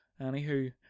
Anywho